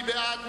מי בעד?